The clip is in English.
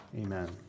Amen